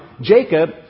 Jacob